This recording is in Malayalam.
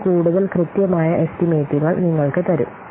ഇത് കൂടുതൽ കൃത്യമായ എസ്റ്റിമേറ്റുകൾ നിങ്ങൾക്ക് തരും